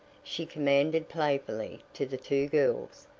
she commanded playfully to the two girls,